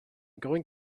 going